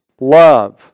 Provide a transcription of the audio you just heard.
love